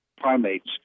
primates